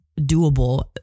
doable